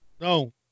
no